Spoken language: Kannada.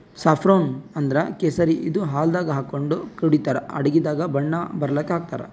ಸಾಫ್ರೋನ್ ಅಂದ್ರ ಕೇಸರಿ ಇದು ಹಾಲ್ದಾಗ್ ಹಾಕೊಂಡ್ ಕುಡಿತರ್ ಅಡಗಿದಾಗ್ ಬಣ್ಣ ಬರಲಕ್ಕ್ ಹಾಕ್ತಾರ್